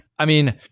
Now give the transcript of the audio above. i mean,